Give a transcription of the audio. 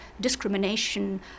discrimination